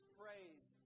praise